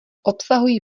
obsahují